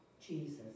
Jesus